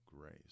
grace